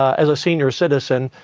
as a senior citizen,